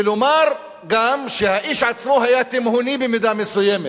ולומר גם שהאיש עצמו היה תימהוני במידה מסוימת,